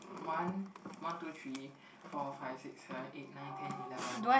one one two three four five six seven eight nine ten eleven